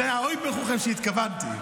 זה האויבער חכם שהתכוונתי.